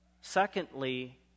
Secondly